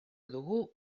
dugu